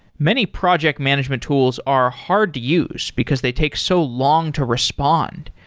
many project management tools are hard to use because they take so long to respond,